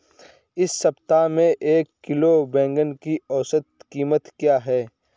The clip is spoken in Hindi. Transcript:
इस सप्ताह में एक किलोग्राम बैंगन की औसत क़ीमत क्या है?